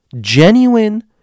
Genuine